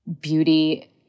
beauty